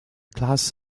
class